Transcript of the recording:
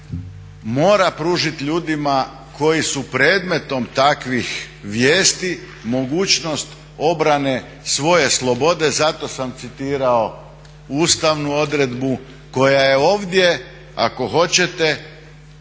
mora pružiti ljudima koji su predmetom takvih vijesti mogućnost obrane svoje slobode, zato sam citirao ustavnu odredbu koja je ovdje, ako hoćete,